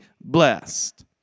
blessed